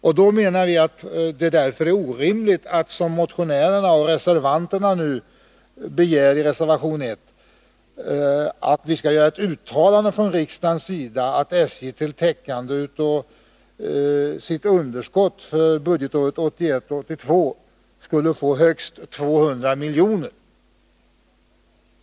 Därför menar vi att det är orimligt att, som motionärerna och reservanterna nu begär i reservation 1, riksdagen skall göra ett uttalande att SJ till täckande av sitt underskott budgetåret 1981/82 skall få högst 200 milj.kr.